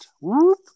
Whoop